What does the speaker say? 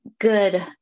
good